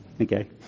Okay